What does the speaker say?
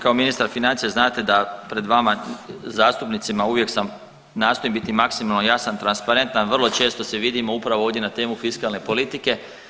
Kao ministar financija znate da pred vama zastupnicima uvijek sam, nastojim biti maksimalno jasan, transparentan i vrlo često se vidimo upravo ovdje na temu fiskalne politike.